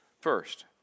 First